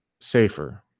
safer